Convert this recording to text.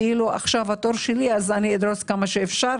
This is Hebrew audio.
כאילו עכשיו התור שלי כדי אז אדרוס כמה שאפשר